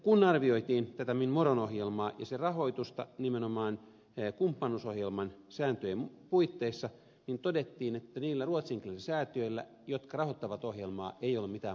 kun arvioitiin tätä min morgon ohjelmaa ja sen rahoitusta nimenomaan kumppanuusohjelman sääntöjen puitteissa niin todettiin että niillä ruotsinkielisillä säätiöillä jotka rahoittavat ohjelmaa ei ole mitään poliittisia intressejä